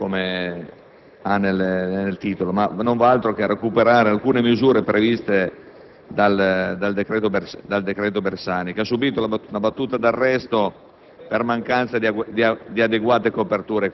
non ha nulla di urgente come dal titolo, ma non fa altro che recuperare alcune misure previste dal decreto Bersani, che ha subito una battuta d'arresto